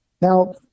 Now